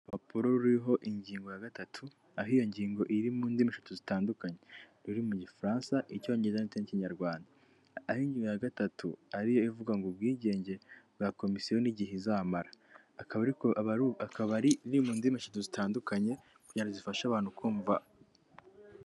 Urupapuro ruriho ingingo ya gatatu, aho iyo ngingo iri mu ndimi eshatu zitandukanye, ruri mu gifaransa, icyongereza, ndetse n'ikinyarwanda, aho ya gatatu ariyo ivuga ngo ubwigenge bwa komisiyo n'igihe izamaraba akaba ariko akaba ari mu ndimi eshatu zitandukanye kugira zifashe abantu kumva.